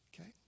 okay